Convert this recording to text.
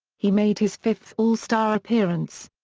he made his fifth all-star appearance.